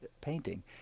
painting